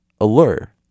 allure